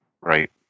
Right